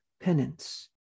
penance